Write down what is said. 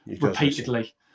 repeatedly